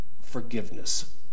forgiveness